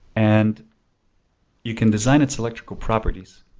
and you can design its electrical properties.